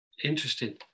interesting